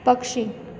पक्षी